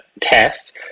test